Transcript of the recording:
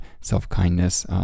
self-kindness